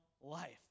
life